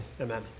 amen